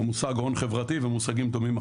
המושג הון חברתי ומושגים דומים אחרים,